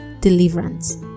deliverance